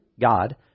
God